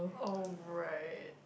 oh right